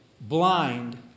blind